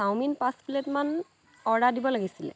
chowmein পাঁচ প্লেটমান order দিব লাগিছিলে